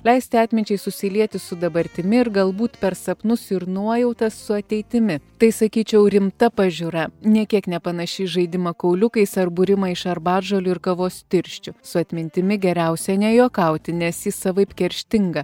leisti atminčiai susilieti su dabartimi ir galbūt per sapnus ir nuojautą su ateitimi tai sakyčiau rimta pažiūra nė kiek nepanaši į žaidimą kauliukais ar būrimą iš arbatžolių ir kavos tirščių su atmintimi geriausia nejuokauti nes ji savaip kerštinga